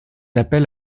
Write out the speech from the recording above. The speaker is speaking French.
appels